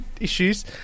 issues